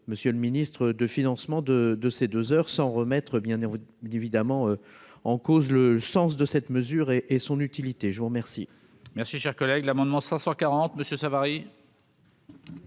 Monsieur le Ministre, de financement de de ces deux heures sans remettre bien et on vous dit évidemment en cause, le sens de cette mesure et et son utilité, je vous remercie. Merci, chers collègues, l'amendement 540 Monsieur Savary.